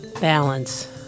balance